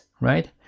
right